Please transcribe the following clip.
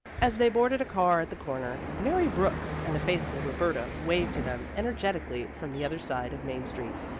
as they boarded a car at the corner, mary brooks and the faithful roberta waved to them energetically from the other side of main street.